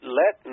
let